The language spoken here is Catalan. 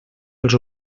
als